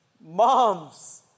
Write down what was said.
moms